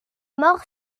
mort